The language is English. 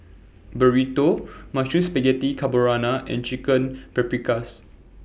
Burrito Mushroom Spaghetti Carbonara and Chicken Paprikas